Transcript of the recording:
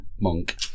monk